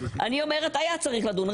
אני אומרת היה צריך לדון,